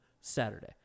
Saturday